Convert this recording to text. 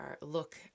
look